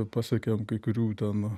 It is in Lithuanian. pasiekėm kai kurių ten